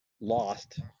lost